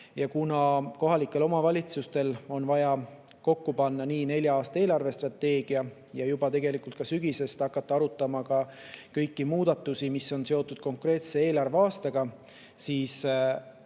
Kuna kohalikel omavalitsustel oli vaja kokku panna nii nelja aasta eelarvestrateegia ja sügisest hakata arutama kõiki muudatusi, mis on seotud konkreetse eelarveaastaga, siis